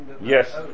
yes